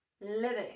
living